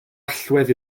allwedd